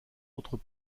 autres